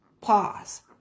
pause